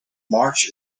march